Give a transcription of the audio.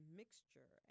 mixture